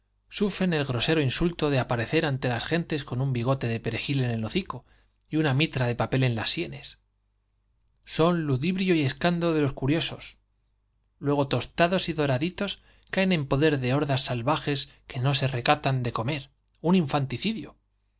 sufren el groero insulto de aparecer ante las gentes de con un bigote perejil el hocico y mitra de las sienes en una papel en son ludibrio y escándalo de los curiosos luego tos tados y doraditos caen en poder de hordas salvajes que no se recatan de cometer i un infanticidio